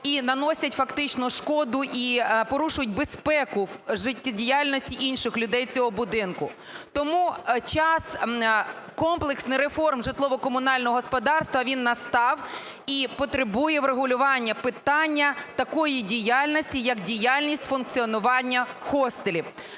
і наносять фактично шкоду, і порушують безпеку життєдіяльності інших людей цього будинку. Тому час комплексних реформ житлово-комунального господарства настав і потребує врегулювання питання такої діяльності, як діяльність функціонування хостелів.